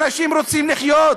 אנשים רוצים לחיות.